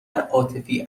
عاطفی